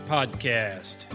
Podcast